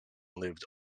lived